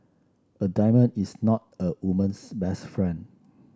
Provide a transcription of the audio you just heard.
a diamond is not a woman's best friend